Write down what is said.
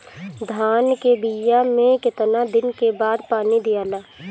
धान के बिया मे कितना दिन के बाद पानी दियाला?